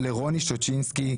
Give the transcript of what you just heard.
לרוני שטוצינסקי,